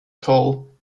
toll